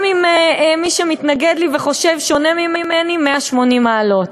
גם עם מי שמתנגד לי וחושב שונה ממני ב-180 מעלות,